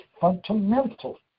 fundamental